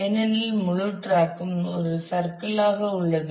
ஏனெனில் முழு ட்ராக்கும் ஒரு சர்க்கிள் ஆக உள்ளது